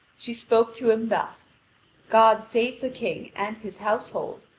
she spoke to him thus god save the king and his household.